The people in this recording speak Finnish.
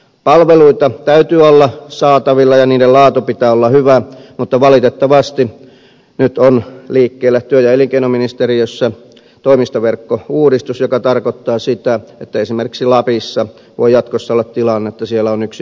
palveluita täytyy olla saatavilla ja niiden laadun pitää olla hyvä mutta valitettavasti nyt on liikkeellä työ ja elinkeinoministeriössä toimistoverkkouudistus joka tarkoittaa sitä että esimerkiksi lapissa voi jatkossa olla tilanne että siellä on yksi ainoa työvoimatoimisto